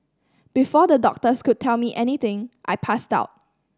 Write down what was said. before the doctors could tell me anything I passed out